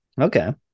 Okay